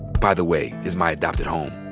by the way, is my adopted home.